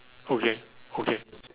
okay okay